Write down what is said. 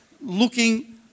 looking